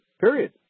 period